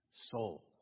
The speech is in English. soul